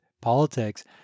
politics